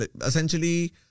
essentially